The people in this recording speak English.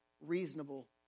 reasonable